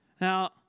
Now